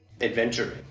Adventuring